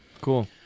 Cool